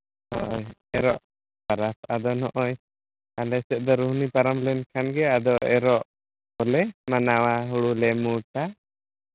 ᱦᱳᱭ ᱮᱨᱚᱜ ᱯᱚᱨᱚᱵᱽ ᱟᱫᱚ ᱱᱚᱜᱼᱚᱭ ᱟᱞᱮ ᱥᱮᱫ ᱫᱚ ᱨᱩᱦᱱᱤ ᱯᱟᱨᱚᱢ ᱞᱮᱱᱠᱷᱟᱱ ᱜᱮ ᱟᱫᱚ ᱮᱨᱚᱜ ᱞᱮ ᱢᱟᱱᱟᱣᱟ ᱦᱩᱲᱩᱞᱮ ᱢᱩᱴᱼᱟ